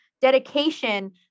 dedication